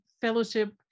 fellowship